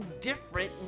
different